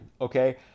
okay